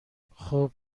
خوب